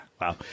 wow